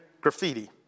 graffiti